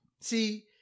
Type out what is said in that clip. See